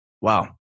Wow